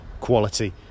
quality